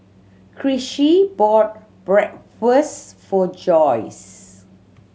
Chrissie bought Bratwurst for Joyce